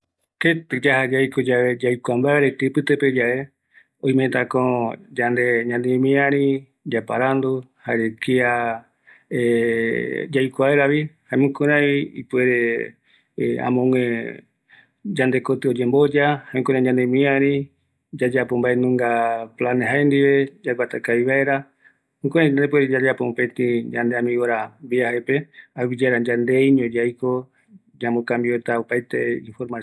Yaja yave ketɨ yaiko, jaeko oïme yave kia ndive ñanemiarï, jaeko mboromboete ndive ñanemiarita, jukjurai ovɨa vaera yandere, jae yave jukuraivi yandekotï, jaemako yayeapo mopetïrami viajepe